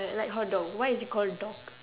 I like how dog why is it call dog